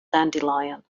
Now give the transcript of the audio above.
dandelion